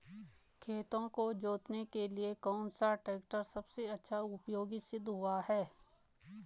खेतों को जोतने के लिए कौन सा टैक्टर सबसे अच्छा उपयोगी सिद्ध हुआ है?